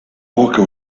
poca